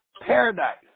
paradise